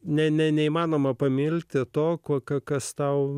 neįmanoma pamilti to kas tau